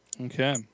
Okay